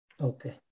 Okay